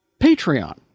Patreon